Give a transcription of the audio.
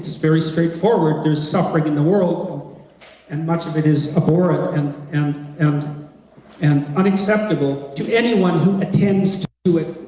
very straightforward, there's suffering in the world and much of it is abhorrent and and and and unacceptable to anyone who attends to it,